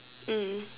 mm